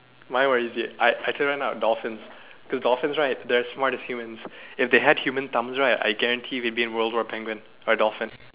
mine what is it I actually went out with dolphins cause dolphins right they are as smart as humans if they have human arms right I guarantee ray been were penguins or dolphin